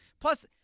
Plus